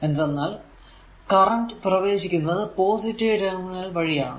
എന്തെന്നാൽ കറന്റ് പ്രവേശിക്കുന്നത് ഈ പോസിറ്റീവ് ടെർമിനൽ വഴി ആണ്